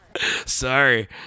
Sorry